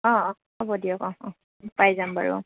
অঁ অঁ হ'ব দিয়ক অঁহ অঁহ পাই যাম বাৰু অঁ